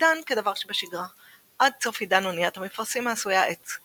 צידן כדבר שבשיגרה עד סוף עידן אוניית המפרשים העשויה עץ ,